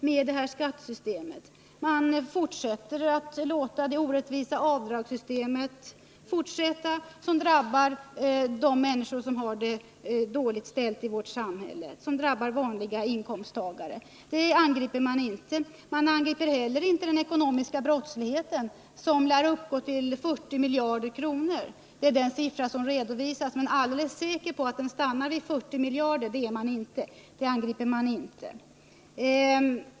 Man fortsätter med det orättvisa avdragssystemet som drabbar de människor som har det dåligt ställt i vårt samhälle, som drabbar vanliga inkomsttagare. Man angriper inte heller den ekonomiska brottsligheten som lär uppgå till 40 miljarder kronor. Det är den siffra som redovisas, men alldeles säker på att det stannar där är man inte.